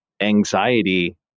anxiety